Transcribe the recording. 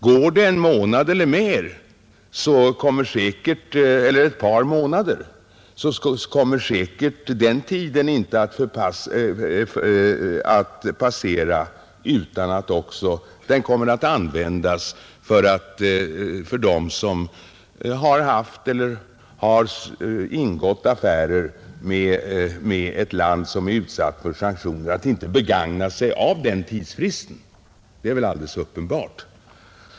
Går det en månad eller ett par kommer den tidsfristen säkerligen att begagnas av dem som ingått affärer med ett land som är utsatt för sanktioner. Det är väl alldeles uppenbart.